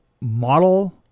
model